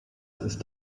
ist